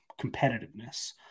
competitiveness